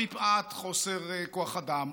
מפאת חוסר כוח אדם,